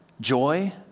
joy